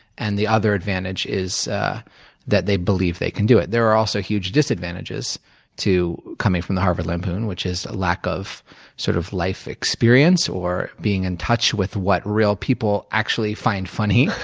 and the other advantage is that they believe they can do it. there are also huge disadvantages to coming from the harvard lampoon which is a lack of sort of life experience, or being in touch with what real people actually find funny,